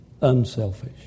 unselfish